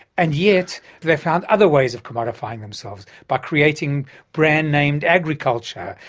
and yet they found other ways of commodifying themselves, by creating brand-named agriculture,